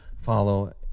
follow